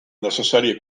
necessària